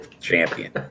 champion